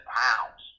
pounds